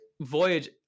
Voyage